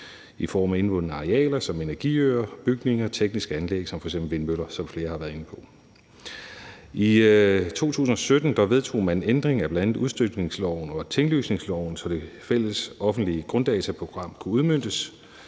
i form af indvundne arealer som energiøer, bygninger og tekniske anlæg som f.eks. vindmøller, som flere har været inde på. I 2017 vedtog man en ændring af bl.a. udstykningsloven og tinglysningsloven, så det fælles offentlige grunddataprogram kunne udmøntes.